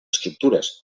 estructures